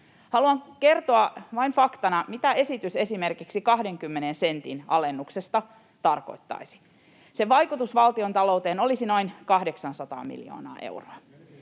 vain kertoa faktana, mitä esitys esimerkiksi 20 sentin alennuksesta tarkoittaisi. Sen vaikutus valtiontalouteen olisi noin 800 miljoonaa euroa.